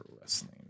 wrestling